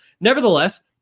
Nevertheless